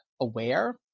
aware